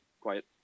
quiet